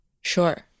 Sure